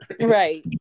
Right